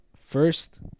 first